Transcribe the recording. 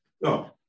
No